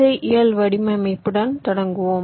ஐ இயல் வடிவமைப்புடன் தொடங்குவோம்